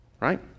right